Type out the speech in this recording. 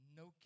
no